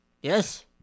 Yes